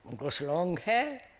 grows so long hair,